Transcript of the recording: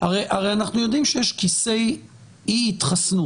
אני כבר אומר שב-1 בפברואר אנחנו נעשה ישיבת יישור